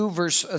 verse